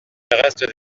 reste